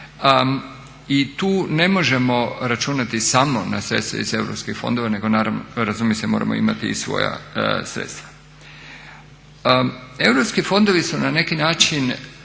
I tu ne možemo računati samo na sredstva iz europskih fondova, nego naravno razumije se, moramo imati i svoja sredstva. Europski fondovi su na neki način